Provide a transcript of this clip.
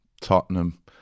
Tottenham